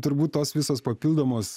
turbūt tos visos papildomos